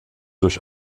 durch